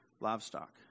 livestock